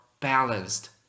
balanced